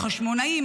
החשמונאים,